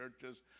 churches